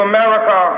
America